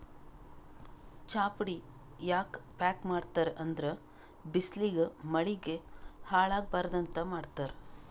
ಚಾಪುಡಿ ಯಾಕ್ ಪ್ಯಾಕ್ ಮಾಡ್ತರ್ ಅಂದ್ರ ಬಿಸ್ಲಿಗ್ ಮಳಿಗ್ ಹಾಳ್ ಆಗಬಾರ್ದ್ ಅಂತ್ ಮಾಡ್ತಾರ್